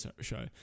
Show